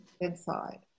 inside